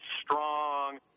strong